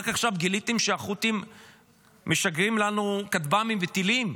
רק עכשיו גיליתם שהחות'ים משגרים לנו כטב"מים וטילים,